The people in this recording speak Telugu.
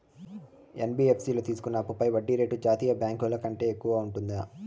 యన్.బి.యఫ్.సి లో తీసుకున్న అప్పుపై వడ్డీ రేటు జాతీయ బ్యాంకు ల కంటే తక్కువ ఉంటుందా?